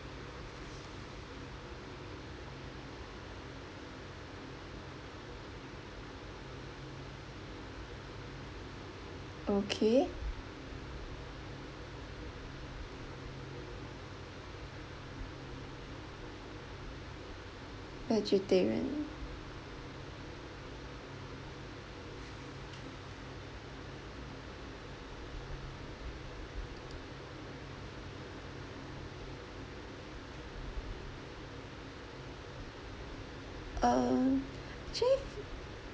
okay vegetarian uh do you have